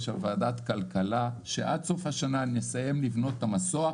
ועדת הכלכלה שעד סוף השנה נסיים לבנות את המסוע,